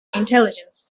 intelligence